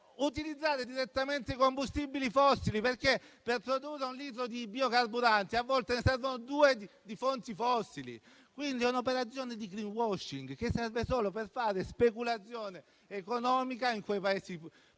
utilizzare direttamente i combustibili fossili, perché per produrre un litro di biocarburante a volte ne servono due di fonti fossili. È quindi un'operazione di *greenwashing* che serve solo per fare speculazione economica nei Paesi